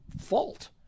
fault